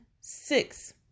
six